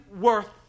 worth